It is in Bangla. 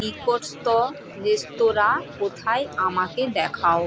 নিকটস্থ রেস্তোরাঁঁ কোথায় আমাকে দেখাও